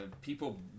people